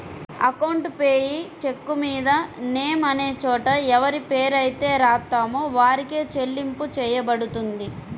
account payee చెక్కుమీద name అనే చోట ఎవరిపేరైతే రాత్తామో వారికే చెల్లింపు చెయ్యబడుతుంది